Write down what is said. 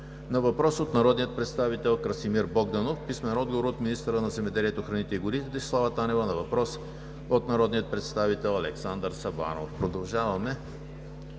Продължаваме